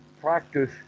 practice